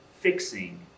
fixing